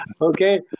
Okay